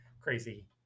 crazy